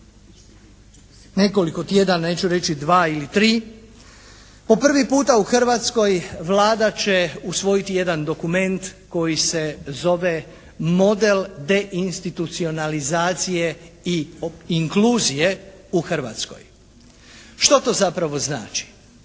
nekoliko tjedana, neću reći dva ili tri, po prvi puta u Hrvatskoj Vlada će usvojiti jedan dokument koji se zove Model de institucionalizacije i inkluzije u Hrvatskoj. Što to zapravo znači?